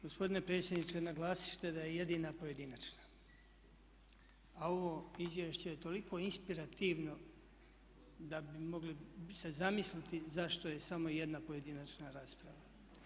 Gospodine predsjedniče naglasili ste da je jedina pojedinačna, a ovo izvješće je toliko inspirativno da bi mogli se zamisliti zašto je samo jedna pojedinačna rasprava.